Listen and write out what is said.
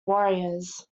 warriors